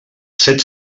set